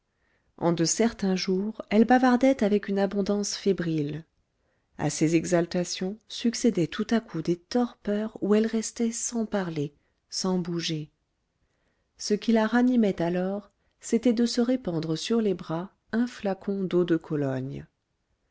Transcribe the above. en de certains jours elle bavardait avec une abondance fébrile à ces exaltations succédaient tout à coup des torpeurs où elle restait sans parler sans bouger ce qui la ranimait alors c'était de se répandre sur les bras un flacon d'eau de cologne